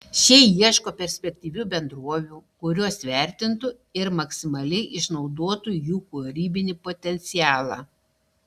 šie ieško perspektyvių bendrovių kurios vertintų ir maksimaliai išnaudotų jų kūrybinį potencialą